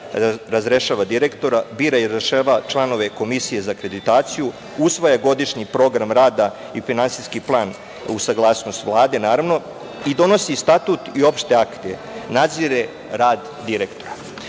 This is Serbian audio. razrešava direktora, bira i razrešava članove Komisije za akreditaciju, usvaja godišnji program rada i finansijski plan uz saglasnost Vlade naravno i donosi statut i opšte akte, nadzire rad direktora. Nacionalno